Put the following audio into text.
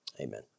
Amen